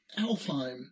alfheim